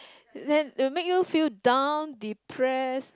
then it will make you feel down depressed